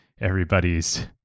Everybody's